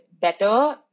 better